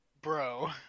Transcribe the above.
Bro